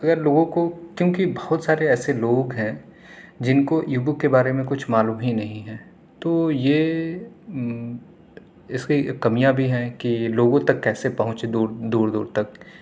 اگر لوگوں کو کیونکہ بہت سارے ایسے لوگ ہیں جن کو ای بک کے بارے میں کچھ معلوم ہی نہیں ہے تو یہ اس کی کمیاں بھی ہیں کہ لوگوں تک کیسے پہنچے دور دور دور تک